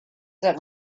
that